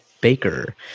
Baker